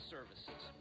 Services